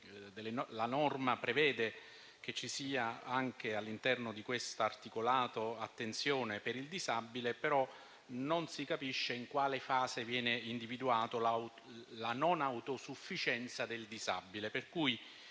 la norma prevede che, anche all'interno di questo articolato, ci sia attenzione per il disabile, però non si capisce in quale fase viene individuata la non autosufficienza del disabile.